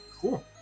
Cool